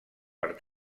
per